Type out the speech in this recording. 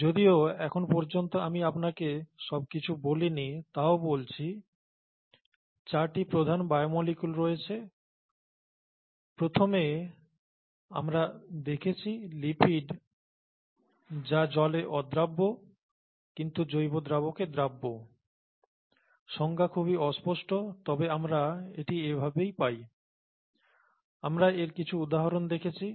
যদিও এখন পর্যন্ত আমি আপনাকে সব কিছু বলিনি তাও বলছি চারটি প্রধান বায়োমোলিকুল রয়েছে প্রথমে আমরা দেখেছি লিপিড যা জলে অদ্রাব্য কিন্তু জৈব দ্রাবকে দ্রাব্য সংজ্ঞা খুবই অস্পষ্ট তবে আমরা এটি এভাবেই পাই আমরা এর কিছু উদাহরণ দেখেছি